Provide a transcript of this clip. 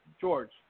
George